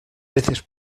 veces